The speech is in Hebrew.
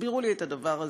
תסבירו לי את הדבר הזה.